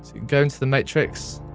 go into the matrix,